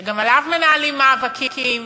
שגם עליו מנהלים מאבקים.